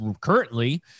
currently